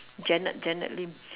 janet janet lim